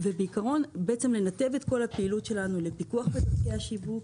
בעיקרון אנחנו רוצים לנתב את כל הפעילות שלנו לפיקוח על דרכי השיווק,